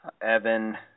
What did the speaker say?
Evan